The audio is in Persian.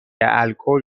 الکل